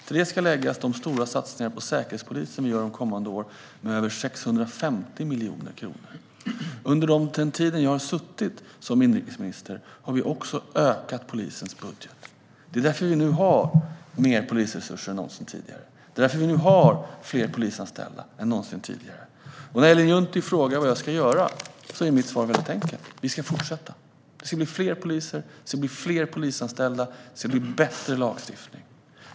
Till detta ska läggas de stora satsningar på Säkerhetspolisen som vi gör kommande år med över 650 miljoner kronor. Under den tid jag har suttit som inrikesminister har vi också ökat polisens budget. Det är därför vi nu har mer polisresurser än någonsin tidigare. Det är därför vi nu har fler polisanställda än någonsin tidigare. När Ellen Juntti frågar vad jag ska göra är mitt svar mycket enkelt: Vi ska fortsätta. Det ska bli fler poliser, fler polisanställda och bättre lagstiftning.